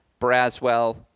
Braswell